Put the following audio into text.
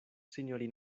sinjoro